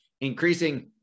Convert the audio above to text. increasing